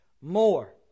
more